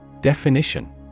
Definition